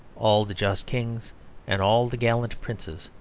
all the just kings and all the gallant princes,